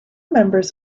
members